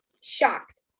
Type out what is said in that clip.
shocked